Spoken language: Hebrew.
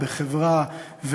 בחברה,